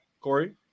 Corey